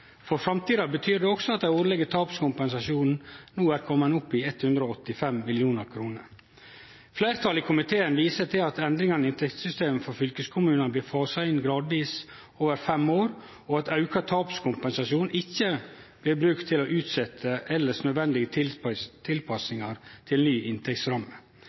For framtida betyr det også at den årlege tapskompensasjonen no er komen opp i 185 mill. kr. Fleirtalet i komiteen viser til at endringane i inntektssystemet for fylkeskommunane blir fasa inn gradvis over fem år, og at auka tapskompensasjon ikkje blir brukt til å utsetje elles nødvendige tilpassingar til ny inntektsramme.